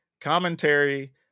commentary